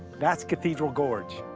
that's cathedral gorge.